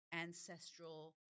ancestral